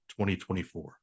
2024